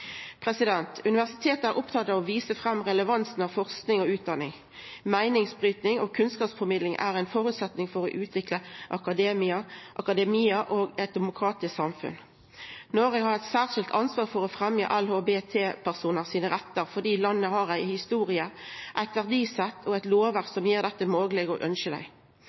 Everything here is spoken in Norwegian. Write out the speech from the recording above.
Universitetet er opptatt av å visa fram relevansen av forsking og utdanning. Meiningsbryting og kunnskapsformidling er ein føresetnad for å utvikla akademia og eit demokratisk samfunn. Noreg har eit særskilt ansvar for å fremja LHBT-personar sine rettar fordi landet har ei historie, eit verdisett og eit lovverk som gjer dette mogleg